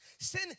Sin